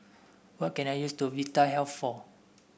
what can I use to Vitahealth for